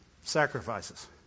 sacrifices